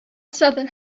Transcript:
southern